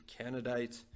candidate